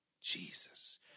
Jesus